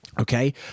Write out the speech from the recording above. Okay